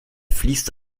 fließt